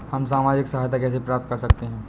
हम सामाजिक सहायता कैसे प्राप्त कर सकते हैं?